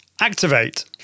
activate